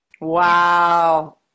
Wow